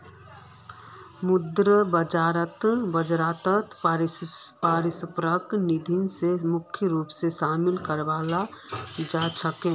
मुद्रा बाजारत पारस्परिक निधि स मुख्य रूप स शामिल कराल जा छेक